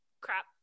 crap